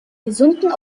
gesunden